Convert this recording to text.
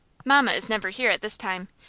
mamma is never here at this time.